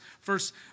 first